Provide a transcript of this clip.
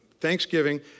Thanksgiving